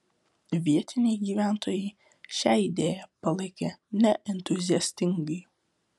vietiniai gyventojai šią idėją palaikė neentuziastingai